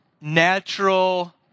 natural